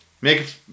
Make